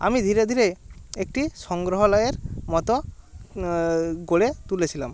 আমি ধীরে ধীরে একটি সংগ্রহালয়ের মতো গড়ে তুলেছিলাম